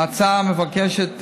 ההצעה מבקשת,